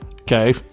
Okay